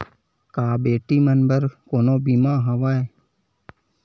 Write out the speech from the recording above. का बेटी मन बर कोनो बीमा हवय?